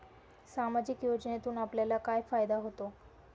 सामाजिक योजनेतून आपल्याला काय फायदा होतो?